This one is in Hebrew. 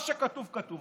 מה שכתוב, כתוב.